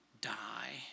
die